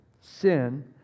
Sin